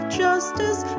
justice